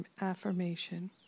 affirmation